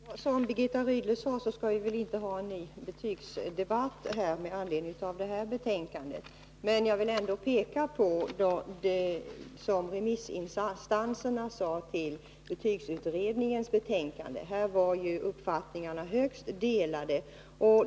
Herr talman! Som Birgitta Rydle sade så skall vi väl inte ha en ny betygsdebatt här med anledning av detta betänkande. Jag vill ändå peka på det som remissinstanserna framhållit när det gäller betygsutredningens betänkande. Här var uppfattningarna högst delade.